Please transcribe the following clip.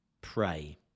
Pray